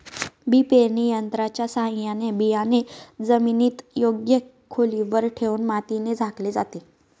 बी पेरणी यंत्राच्या साहाय्याने बियाणे जमिनीत योग्य खोलीवर ठेवून मातीने झाकले जाते